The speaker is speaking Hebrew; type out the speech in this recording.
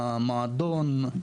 מועדון,